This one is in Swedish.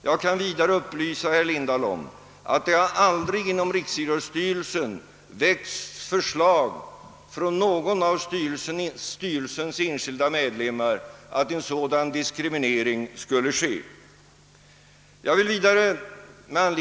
Jag kan vidare upplysa herr Lindahl om att det inom Riksidrottsstyrelsen aldrig har väckts förslag av någon av styrelsens enskilda ledamöter om en sådan diskriminering.